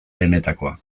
lehenetakoa